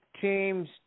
teams